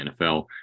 NFL